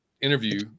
interview